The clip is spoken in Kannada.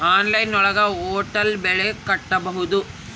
ಆನ್ಲೈನ್ ಒಳಗ ಹೋಟೆಲ್ ಬಿಲ್ ಕಟ್ಬೋದು